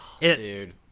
dude